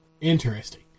Interesting